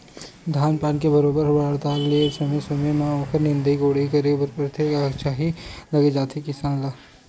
धान पान के बरोबर बाड़हत ले समे समे ओखर बन के निंदई कोड़ई करे बर परथे उहीं म काहेच पइसा लग जाथे किसान ल